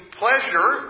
pleasure